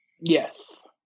Yes